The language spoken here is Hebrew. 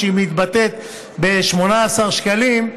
שמתבטאת ב-18 שקלים,